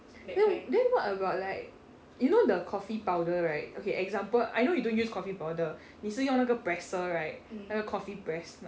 then then what about like you know the coffee powder right okay example I know you don't use coffee powder 你是用那个 presser right coffee press